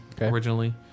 originally